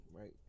right